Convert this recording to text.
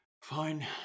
Fine